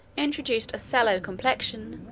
introduced a sallow complexion,